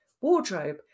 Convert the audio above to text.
wardrobe